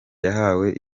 yahawe